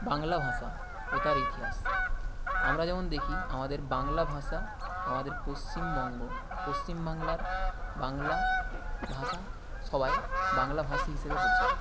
বাংলা ভাষা ও তার ইতিহাস আমরা যেমন দেখি আমাদের বাংলা ভাষা আমাদের পশ্চিমবঙ্গ পশ্চিম বাংলার বাংলা ভাষা সবাই বাংলাভাষী হিসেবে পরিচিত